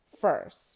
first